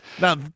Now